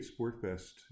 Sportfest